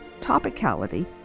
topicality